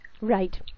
Right